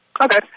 Okay